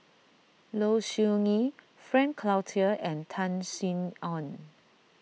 Low Siew Nghee Frank Cloutier and Tan Sin Aun